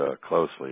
closely